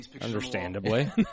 Understandably